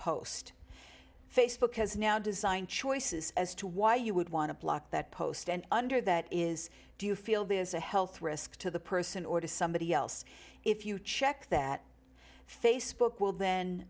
post facebook has now design choices as to why you would want to block that post and under that is do you feel there's a health risk to the person or to somebody else if you check that facebook will then